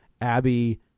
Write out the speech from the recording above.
Abby